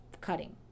cutting